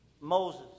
Moses